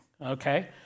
okay